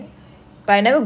butterworth